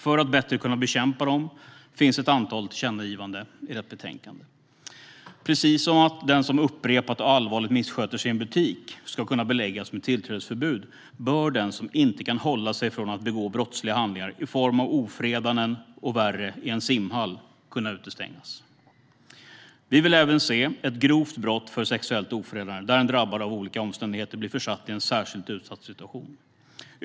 För att bättre kunna bekämpa dessa finns ett antal tillkännagivanden i detta betänkande. Precis som att den som upprepat och allvarligt missköter sig i en butik ska kunna beläggas med tillträdesförbud bör den som inte kan avhålla sig från att begå brottsliga handlingar i form av ofredanden och värre i en simhall kunna utestängas. Vi vill även införa ett nytt brott, nämligen grovt brott för sexuellt ofredande där den drabbade genom olika omständigheter blir försatt i en särskilt utsatt situation.